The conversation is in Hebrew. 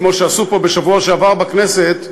כמו שעשו פה בשבוע שעבר בכנסת,